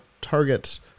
targets